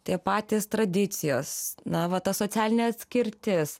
tai patys tradicijos na va ta socialinė atskirtis